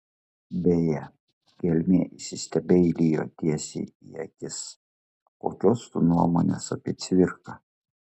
beje gelmė įsistebeilijo tiesiai į akis kokios tu nuomonės apie cvirką